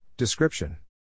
Description